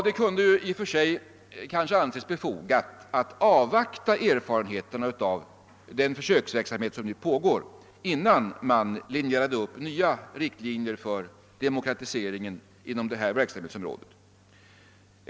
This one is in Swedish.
Det kunde i och för sig anses befogat att avvakta erfarenheterna av den försöksverksamhet som nu pågår innan man skisserar nya riktlinjer för. demokratiseringen inom detta område.